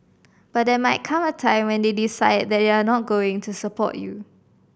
but there might come a time when they decide that they're not going support you